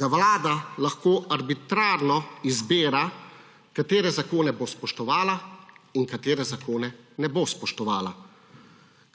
da Vlada lahko arbitrarno izbira, katere zakone bo spoštovala in katere zakone ne bo spoštovala,